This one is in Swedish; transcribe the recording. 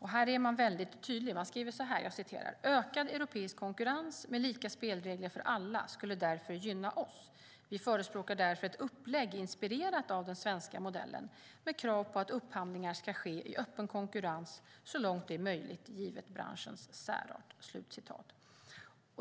Niklas Alm skriver: "Ökad europeisk konkurrens med lika spelregler för alla skulle därför gynna oss. Vi förespråkar därför ett upplägg inspirerat av den svenska modellen med krav på att upphandlingar ska ske i öppen konkurrens, så långt det är möjligt givet branschens särart."